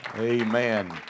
Amen